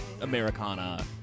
Americana